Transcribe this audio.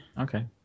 Okay